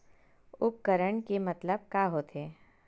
उपकरण के मतलब का होथे?